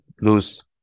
lose